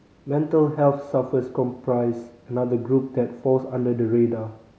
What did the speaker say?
mental health sufferers comprise another group that falls under the radar